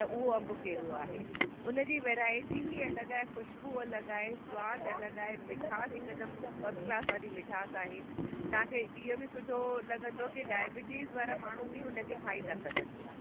त उहो अंब कहिड़ो आहे हुनजी वैरायटी ई अलॻि आहे ख़ुश्बू अलॻि आहे सवादु अलॻि आहे मिठास हिकदमि फ़स्ट क्लास वारी मिठास आहे तव्हांखे इहो बि सुठो लॻंदो कि डायबिटीस वारा माण्हू बि हुनखे खाई था सघनि पिया